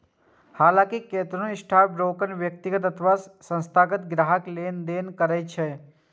हलांकि कतेको स्टॉकब्रोकर व्यक्तिगत अथवा संस्थागत ग्राहक लेल लेनदेन करै छै